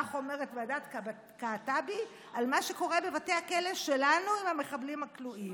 כך אומרת ועדת קעטבי על מה שקורה בבתי הכלא שלנו עם המחבלים הכלואים.